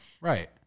Right